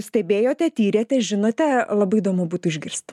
stebėjote tyrėte žinote labai įdomu būtų išgirst